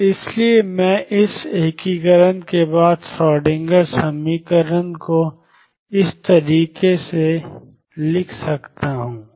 और इसलिए मैं इस एकीकरण के बाद श्रोडिंगर समीकरण को 22m ∞dmdxdndxdx ∞mVxndxEn ∞mndx के रूप में लिख सकता हूं